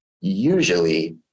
usually